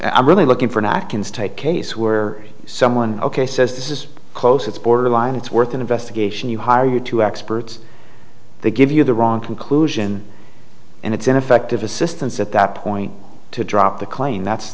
i'm really looking for anakin state case where someone ok says this is close it's borderline it's worth an investigation you hire you to experts they give you the wrong conclusion and it's ineffective assistance at that point to drop the claim that's